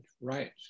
Right